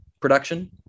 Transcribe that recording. production